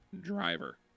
driver